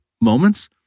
moments